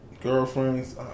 Girlfriends